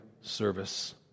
service